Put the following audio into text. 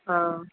हा